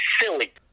silly